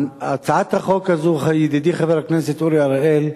הצעת החוק הזאת של ידידי חבר הכנסת אורי אריאל,